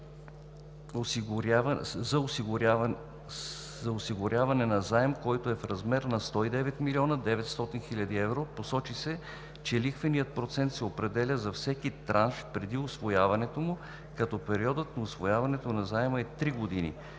са осигуряване на заем, който е в размер на 109 млн. 900 хил. евро. Посочи се, че лихвеният процент се определя за всеки транш преди усвояването му, като периодът на усвояване на заема е 3 години.